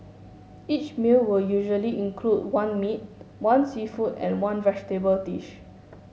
each meal will usually include one meat one seafood and one vegetable dish